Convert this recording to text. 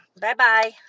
Bye-bye